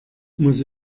muss